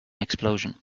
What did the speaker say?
explosion